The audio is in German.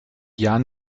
jahren